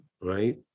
right